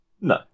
No